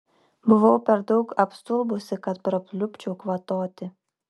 buvau per daug apstulbusi kad prapliupčiau kvatoti